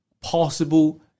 possible